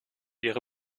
ihre